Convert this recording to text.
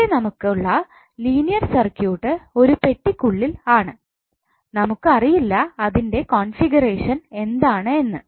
ഇവിടെ നമുക്ക് ഉള്ള ലീനിയർ സർക്യൂട്ട് ഒരു പെട്ടിക്കുള്ളിൽ ആണ് നമുക്ക് അറിയില്ല അതിന്റെ കോൺഫിഗറേഷൻഎന്താണ് എന്ന്